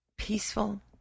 peaceful